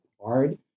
hard